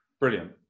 Brilliant